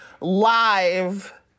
live